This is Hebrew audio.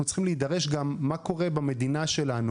צריכים להידרש גם על מה שקורה במדינה שלנו.